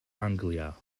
anglia